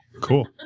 Cool